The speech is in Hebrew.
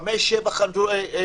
חמש, שבע שולחנות?